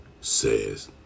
says